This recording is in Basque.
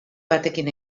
batekin